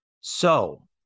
So-